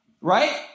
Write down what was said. right